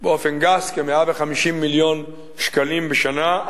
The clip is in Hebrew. באופן גס כ-150 מיליון שקלים בשנה,